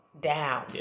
down